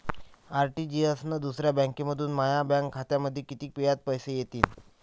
RTGS न दुसऱ्या बँकेमंधून माया बँक खात्यामंधी कितीक वेळातं पैसे येतीनं?